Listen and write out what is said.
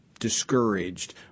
Discouraged